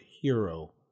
hero